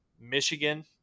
Michigan